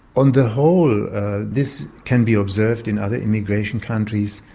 on the whole this can be observed in other immigration countries.